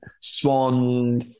swan